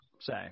say